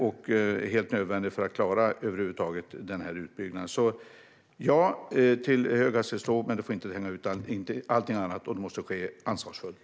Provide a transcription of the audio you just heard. Det är helt nödvändigt för att över huvud taget klara utbyggnaden. Ja till höghastighetståg. Men det får inte tränga ut allting annat, och det måste ske ansvarsfullt.